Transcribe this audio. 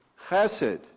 Chesed